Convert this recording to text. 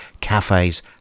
cafes